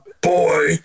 boy